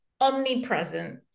Omnipresent